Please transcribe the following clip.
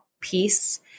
peace